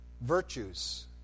virtues